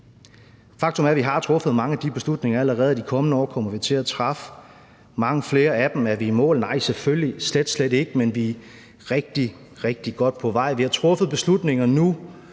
Faktum er, at vi har truffet mange af de beslutninger allerede, og i de kommende år kommer vi til at træffe mange flere af dem. Er vi i mål? Nej, selvfølgelig slet, slet ikke, men vi er rigtig, rigtig godt på vej. Vi har truffet beslutninger nu